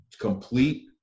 complete